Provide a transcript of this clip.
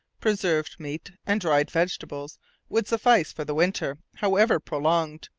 preserved meat, and dried vegetables would suffice for the winter, however prolonged,